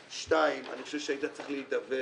שנית, אני חושב שהיית צריך להידבר